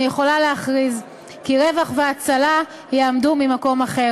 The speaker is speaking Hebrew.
אני יכולה להכריז כי רווח והצלה יעמדו ממקום אחר.